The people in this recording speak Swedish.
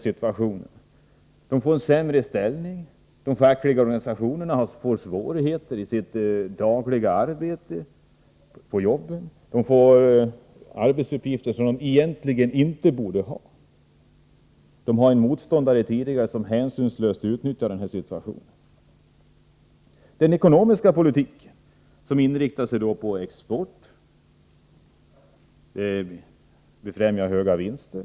Den får en sämre ställning. De fackliga organisationerna får svårigheter i sitt dagliga arbete på arbetsplatserna. De får arbetsuppgifter som de egentligen inte borde ha. De har en motståndare som hänsynslöst utnyttjar situationen. Den ekonomiska politiken är inriktad på export och på att befrämja höga vinster.